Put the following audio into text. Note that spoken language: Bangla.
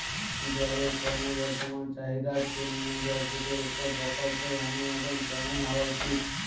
জলের ক্রমবর্ধমান চাহিদার জন্য জলসেচের উপর প্রকল্পের অনুমোদন কেমন হওয়া উচিৎ?